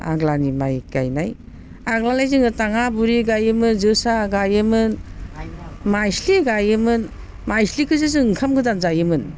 आग्लानि माइ गायनाय आग्लालाय जोङो दाङा बुरि गायोमोन जोसा गायोमोन माइस्लि गायोमोन माइस्लिखौसो जों ओंखाम गोदान जायोमोन